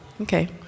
Okay